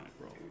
role